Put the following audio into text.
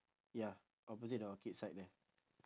ya opposite the orchid side there